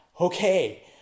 Okay